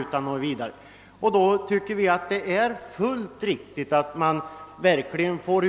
Men just med hänsyn härtill tycker vi att det är fullt motiverat att frågan verkligen utreds.